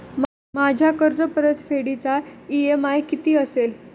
माझ्या कर्जपरतफेडीचा इ.एम.आय किती असेल?